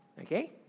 Okay